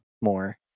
more